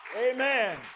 Amen